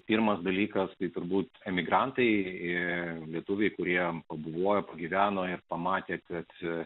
pirmas dalykas tai turbūt emigrantai ir lietuviai kurie pabuvojo gyveno ir pamatė kad